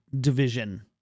division